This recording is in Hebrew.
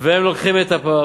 והם לוקחים את הפר